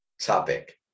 topic